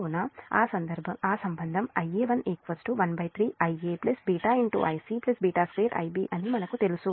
కాబట్టి ఆ సంబంధం Ia1 13 Ia β Ic β2 Ib అనిమనకు తెలుసు